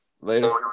Later